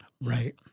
right